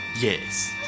Yes